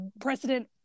precedent